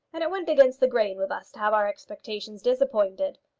and it went against the grain with us to have our expectations disappointed.